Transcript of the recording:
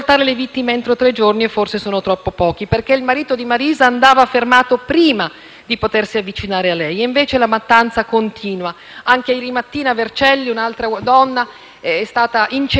di potersi avvicinare a lei. Invece la mattanza continua. Anche ieri mattina a Vercelli un'altra donna è stata incendiata fisicamente da un uomo, che prima aveva pensato anche di picchiarla per farla soffrire un pochino di più.